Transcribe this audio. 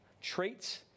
traits